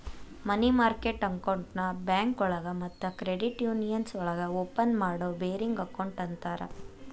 ಮನಿ market ಅಕೌಂಟ್ನ ಬ್ಯಾಂಕೋಳಗ ಮತ್ತ ಕ್ರೆಡಿಟ್ ಯೂನಿಯನ್ಸ್ ಒಳಗ ಓಪನ್ ಮಾಡೋ ಬೇರಿಂಗ್ ಅಕೌಂಟ್ ಅಂತರ